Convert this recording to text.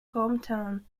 hometown